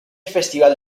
festival